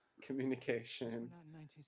communication